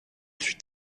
fut